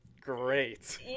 great